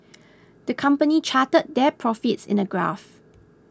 the company charted their profits in a graph